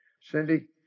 Cindy